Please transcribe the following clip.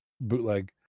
bootleg